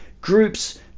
groups